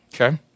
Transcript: Okay